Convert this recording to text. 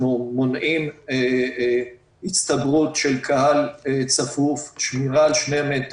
אנחנו מונעים הצטברות של קהל צפוף, שמירה על 2 מ',